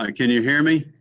ah can you hear me?